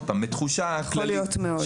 בתחושה כללית,